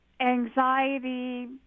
anxiety